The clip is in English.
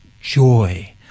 joy